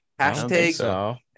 Hashtag